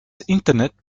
internet